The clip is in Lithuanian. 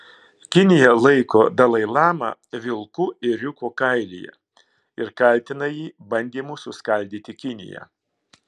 kinija laiko dalai lamą vilku ėriuko kailyje ir kaltina jį bandymu suskaldyti kiniją